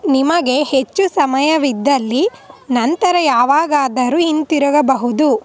ನಿಮಗೆ ಹೆಚ್ಚು ಸಮಯವಿದ್ದಲ್ಲಿ ನಂತರ ಯಾವಾಗಾದರೂ ಹಿಂತಿರುಗಬಹುದು